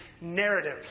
narrative